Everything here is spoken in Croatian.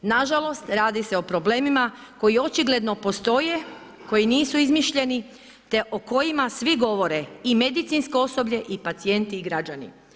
Nažalost radi se o problemima koji očigledno postoje, koji nisu izmišljeni te o kojima svi govore i medicinsko osoblje i pacijenti i građani.